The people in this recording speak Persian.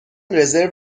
رزرو